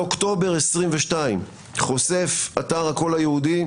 באוקטובר 2022, חושף אתר "הקול היהודי"